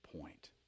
point